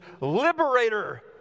liberator